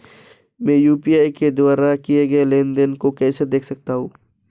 मैं यू.पी.आई के द्वारा किए गए लेनदेन को कैसे देख सकता हूं?